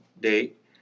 date